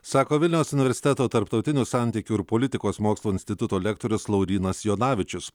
sako vilniaus universiteto tarptautinių santykių ir politikos mokslų instituto lektorius laurynas jonavičius